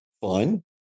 fun